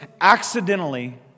accidentally